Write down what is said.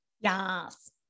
Yes